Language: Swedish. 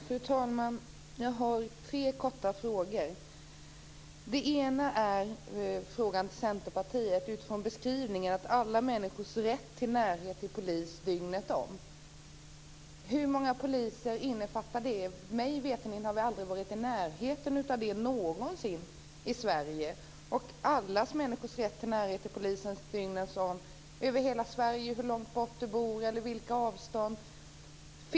Fru talman! Jag har tre korta frågor. Den första gäller Centerpartiets beskrivning att alla människor ska ha rätt till närhet till polis dygnet runt. Hur många poliser innefattar det? Mig veterligen har vi aldrig varit i närheten av det någonsin i Sverige. Gäller det alla människors rätt till närhet till polisen dygnet runt över hela Sverige hur långt bort man än bor och hur långa avstånden än är?